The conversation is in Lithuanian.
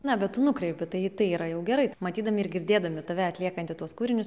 na bet tu nukreipi tai tai yra jau gerai matydami ir girdėdami tave atliekantį tuos kūrinius